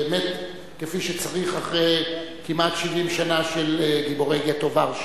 כפי שצריך אחרי כמעט 70 שנה, של גיבורי גטו ורשה.